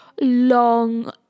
long